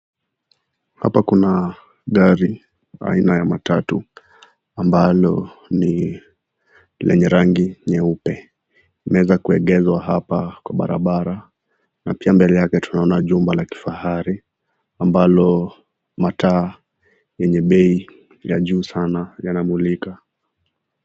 Hapa kuna gari aina ya matatu ambalo ni lenye rangi nyeupe. Limeweza kuegeshwa hapa kwa barabara, na pia mbele yake tunaona jumba la kifahari ambalo mataa lenye bei ya juu sana yanamulika.